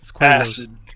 Acid